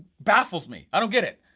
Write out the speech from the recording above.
baffles me, i don't get it,